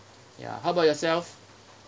ya how about yourself